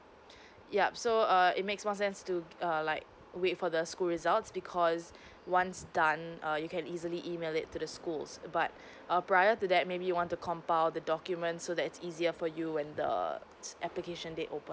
yup so err it makes more sense to err like wait for the school results because once done err you can easily email it to the school but err prior to that maybe you want to compile the documents so that's easier for you when the application date open